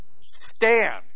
Stand